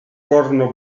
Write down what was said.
corno